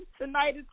tonight